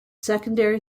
secondary